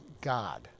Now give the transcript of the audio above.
God